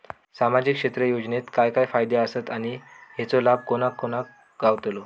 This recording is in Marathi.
सामजिक क्षेत्र योजनेत काय काय फायदे आसत आणि हेचो लाभ कोणा कोणाक गावतलो?